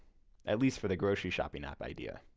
at least for the grocery shopping app idea.